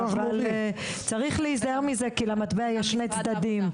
אבל צריך להיזהר מזה כי למטבע יש שני צדדים,